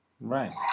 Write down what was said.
Right